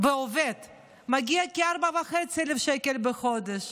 ועובד מגיעה לכ-4,500 שקל בחודש,